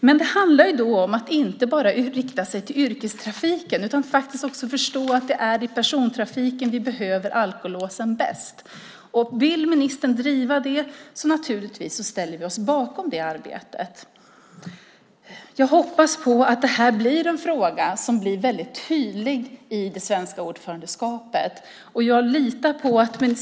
Men det handlar då om att inte bara rikta sig till yrkestrafiken utan också förstå att det är i persontrafiken vi behöver alkolåsen bäst. Vill ministern driva det ställer vi oss naturligtvis bakom det arbetet. Jag hoppas att det här blir en väldigt tydlig fråga under det svenska ordförandeskapet.